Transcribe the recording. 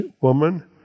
woman